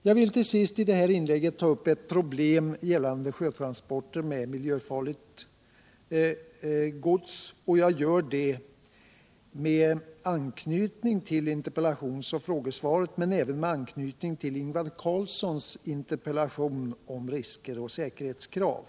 Jag vill till sist i detta inlägg ta upp ett problem gällande sjötransporter med miljöfarligt gods. Jag gör det med anknytning till interpellations och frågesvaret men även med anknytning till Ingvar Carlssons interpellation om risker och säkerhetskrav.